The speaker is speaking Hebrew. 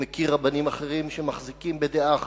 אני מכיר רבנים אחרים שמחזיקים בדעה אחרת.